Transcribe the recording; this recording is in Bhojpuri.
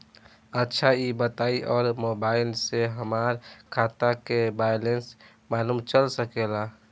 अच्छा ई बताईं और मोबाइल से हमार खाता के बइलेंस मालूम चल सकेला?